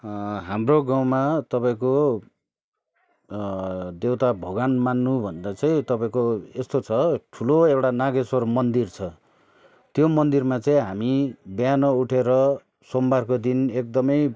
हाम्रो गाउँमा तपाईँको देउता भगवान मान्नु भन्दा चाहिँ तपाईँको यस्तो छ ठुलो एउटा नागेश्वर मन्दिर छ त्यो मन्दिरमा चाहिँ हामी बिहान उठेर सोमबारको दिन एकदमै